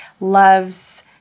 loves